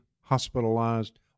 hospitalized